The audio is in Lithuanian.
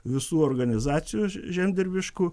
visų organizacijos žemdirbiškų